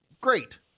Great